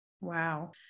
wow